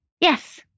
Yes